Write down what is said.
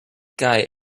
guy